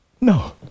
No